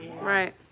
Right